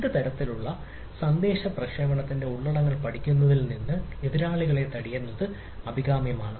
2 തരത്തിലുള്ള സന്ദേശ പ്രക്ഷേപണത്തിന്റെ ഉള്ളടക്കങ്ങൾ പഠിക്കുന്നതിൽ നിന്ന് എതിരാളിയെ തടയുന്നത് അഭികാമ്യമാണ്